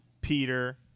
Peter